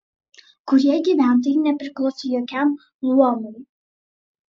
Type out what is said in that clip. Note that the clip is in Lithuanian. kurie gyventojai nepriklausė jokiam luomui